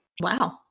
Wow